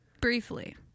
briefly